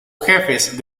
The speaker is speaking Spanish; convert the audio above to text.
jefes